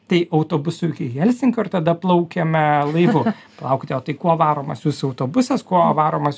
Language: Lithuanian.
tai autobusu iki helsinkio ir tada plaukiame laivu palaukite o tai kuo varomas jūsų autobusas kuo varomas